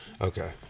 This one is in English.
Okay